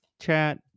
chat